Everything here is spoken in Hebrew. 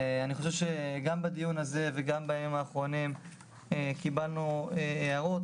אני חושב שגם בדיון הזה וגם בימים האחרונים קיבלנו הערות,